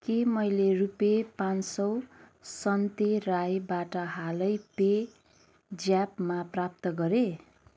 के मैले रुपियाँ पाचँ सौ सन्ते राईबाट हालै पे ज्यापमा प्राप्त गरेँ